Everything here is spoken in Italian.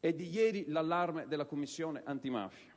E' di ieri l'allarme della Commissione antimafia.